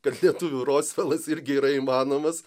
kad lietuvių rosvelas irgi yra įmanomas